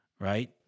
right